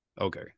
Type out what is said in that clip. okay